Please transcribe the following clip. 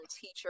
teacher